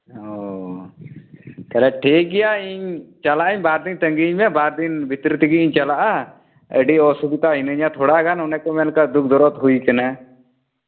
ᱚᱻ ᱛᱟᱦᱞᱮ ᱴᱷᱤᱠ ᱜᱮᱭᱟ ᱤᱧ ᱪᱟᱞᱟᱜ ᱟᱹᱧ ᱵᱟᱨ ᱫᱤᱱ ᱛᱟᱹᱜᱤᱧ ᱢᱮ ᱵᱟᱨ ᱫᱤᱱ ᱵᱷᱤᱛᱤᱨ ᱛᱮᱜᱮᱧ ᱪᱟᱞᱟᱜᱼᱟ ᱟᱹᱰᱤ ᱚᱥᱩᱵᱤᱫᱷᱟ ᱢᱤᱱᱟᱹᱧᱟ ᱛᱷᱚᱲᱟᱜᱟᱱ ᱚᱱᱮ ᱠᱚ ᱢᱮᱱ ᱟᱠᱟᱫ ᱫᱩᱠ ᱫᱚᱨᱚᱫ ᱦᱩᱭ ᱠᱟᱱᱟ